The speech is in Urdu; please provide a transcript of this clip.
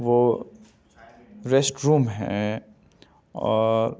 وہ ریسٹ روم ہے اور